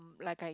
like I